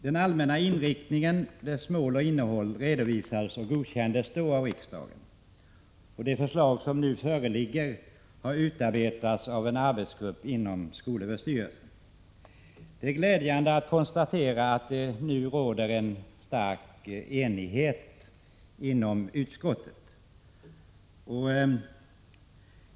Den allmänna inriktningen, dess mål och innehåll, redovisades och godkändes då av riksdagen. Det förslag som nu föreligger har utarbetats av en arbetsgrupp inom skolöverstyrelsen. Det är glädjande att kunna konstatera att det nu råder stor enighet inom utskottet.